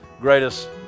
greatest